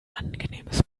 angenehmes